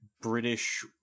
british